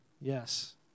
Yes